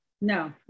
No